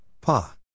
Pa